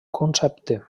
concepte